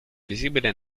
visibile